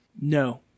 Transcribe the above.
No